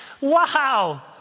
wow